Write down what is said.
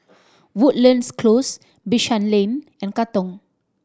Woodlands Close Bishan Lane and Katong